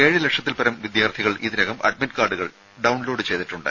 ഏഴ് ലക്ഷത്തിൽപ്പരം വിദ്യാർത്ഥികൾ ഇതിനകം അഡ്മിറ്റ് കാർഡുകൾ ഡൌൺലോഡ് ചെയ്തിട്ടുണ്ട്